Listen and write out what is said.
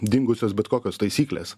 dingusios bet kokios taisykles